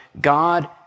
God